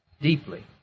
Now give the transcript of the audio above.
deeply